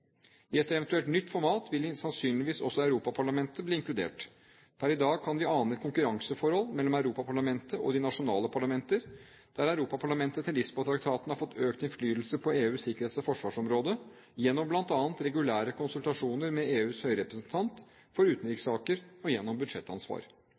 I et eventuelt nytt format vil sannsynligvis også Europaparlamentet bli inkludert. Per i dag kan vi ane et konkurranseforhold mellom Europaparlamentet og de nasjonale parlamenter, der Europaparlamentet etter Lisboa-traktaten har fått økt innflytelse på EUs sikkerhets- og forsvarsområde, gjennom bl.a. regulære konsultasjoner med EUs høyrepresentant for